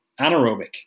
anaerobic